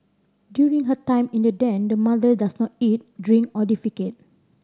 during her time in the den the mother does not eat drink or defecate